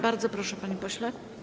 Bardzo proszę, panie pośle.